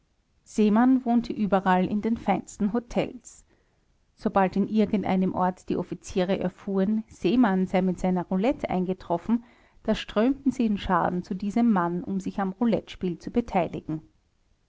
seemann wohnte überall in den feinsten hotels sobald in irgendeinem ort die offiziere erfuhren seemann sei mit seiner roulette eingetroffen da strömten sie in scharen zu diesem mann um sich am roulettespiel zu beteiligen